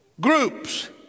groups